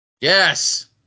Yes